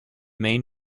main